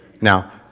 Now